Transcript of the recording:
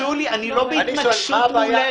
שולי, אני לא בהתנגשות מולך.